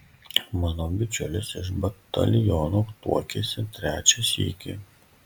mano bičiulis iš bataliono tuokėsi trečią sykį